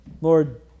Lord